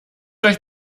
euch